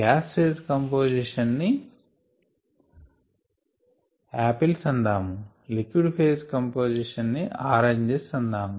gas phase composition ని apples అందము liquid phase composition ని ఆరేంజెస్ అందాము